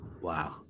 Wow